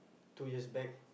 two years back